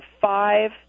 five